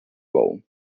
role